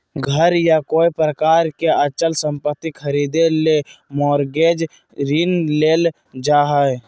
घर या कोय प्रकार के अचल संपत्ति खरीदे ले मॉरगेज ऋण लेल जा हय